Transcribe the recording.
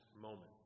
moment